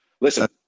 Listen